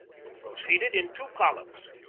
we proceeded in two columns,